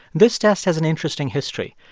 this test has an interesting history.